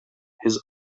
his